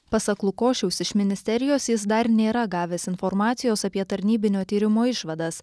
pasak lukošiaus iš ministerijos jis dar nėra gavęs informacijos apie tarnybinio tyrimo išvadas